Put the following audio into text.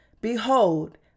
behold